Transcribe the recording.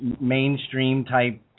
mainstream-type